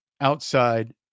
outside